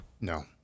No